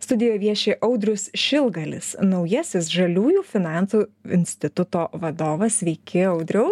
studijoj vieši audrius šilgalis naujasis žaliųjų finansų instituto vadovas sveiki audriau